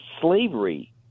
slavery